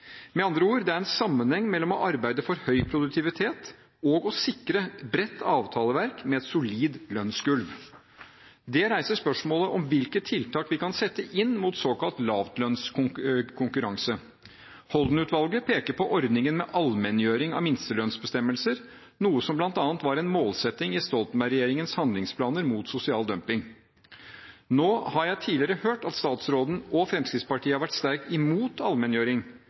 Med andre ord, det er en sammenheng mellom å arbeide for høy produktivitet og å sikre bredt avtaleverk med et solid lønnsgulv. Det reiser spørsmålet om hvilke tiltak vi kan sette inn mot såkalt lavlønnskonkurranse. Holden-utvalget peker på ordningen med allmenngjøring av minstelønnsbestemmelser, noe som bl.a. var en målsetting i Stoltenberg-regjeringens handlingsplaner mot sosial dumping. Nå har jeg tidligere hørt at statsråden og Fremskrittspartiet har vært sterkt imot allmenngjøring